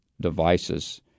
devices